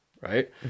right